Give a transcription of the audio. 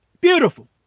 beautiful